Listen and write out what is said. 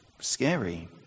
Scary